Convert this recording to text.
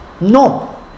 No